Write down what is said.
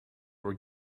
were